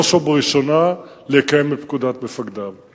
בראש ובראשונה, לקיים את פקודת מפקדיו.